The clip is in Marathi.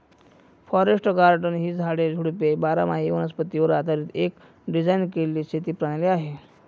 फॉरेस्ट गार्डन ही झाडे, झुडपे बारामाही वनस्पतीवर आधारीत एक डिझाइन केलेली शेती प्रणाली आहे